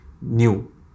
new